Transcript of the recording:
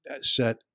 set